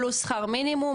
פלוס שכר מינימום,